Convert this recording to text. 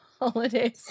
holidays